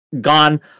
gone